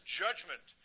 judgment